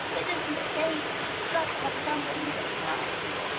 it isn't safe. you've got to have somebody looking after you.